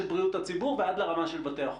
בריאות הציבור ועד לרמה של בתי החולים?